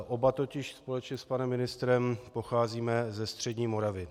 Oba totiž společně s panem ministrem pocházíme ze střední Moravy.